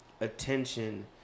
attention